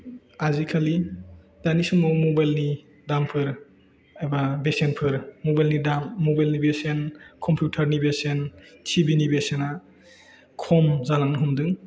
आजिखालि दानि समाव मबाइलनि दामफोर एबा बेसेनफोर मबाइलनि दाम मबाइलनि बेसेन कम्फिउथारनि बेसेन टिभिनि बेसेना खम जालांनो हमदों